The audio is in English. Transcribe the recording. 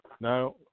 Now